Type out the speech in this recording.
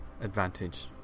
advantage